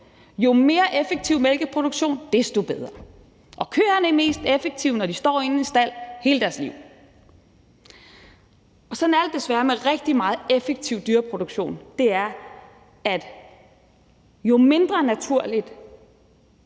Jo mere effektiv mælkeproduktion, desto bedre, og køerne er mest effektive, når de står inde i en stald hele deres liv. Sådan er det desværre med rigtig meget effektiv dyreproduktion, for jo mindre naturlige